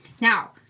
Now